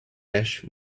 ash